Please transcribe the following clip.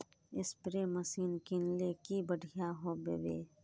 Spray machine किनले की बढ़िया होबवे?